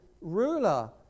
ruler